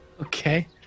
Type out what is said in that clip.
Okay